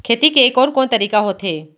खेती के कोन कोन तरीका होथे?